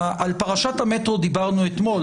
על פרשת המטרו דיברנו אתמול,